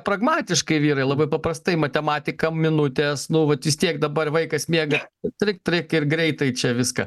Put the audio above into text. pragmatiškai vyrai labai paprastai matematika minutės nu vat vistiek dabar vaikas miega trik trik ir greitai čia viską